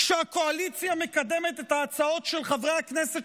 כשהקואליציה מקדמת את ההצעות של חברי הכנסת